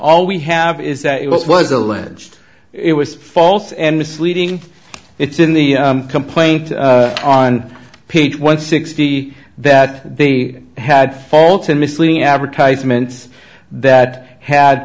all we have is that it was alleged it was false and misleading it's in the complaint on page one sixty that they had faults and misleading advertisements that had